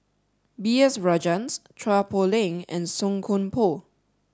B S Rajhans Chua Poh Leng and Song Koon Poh